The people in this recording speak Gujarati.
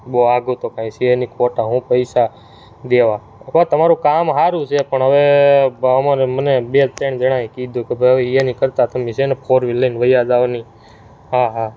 બહુ આઘું તો કાંઈ છે નહીં ખોટા હું પૈસા દેવા તમારું કામ સારું છે પણ હવે હવારે મને બે ત્રણ જણા એ કીધું કે ભાઈ એની કરતા તમે છે ને ફોરવિલ લઈને વહ્યા જાવને હા હા